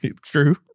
True